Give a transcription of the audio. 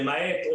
למעט,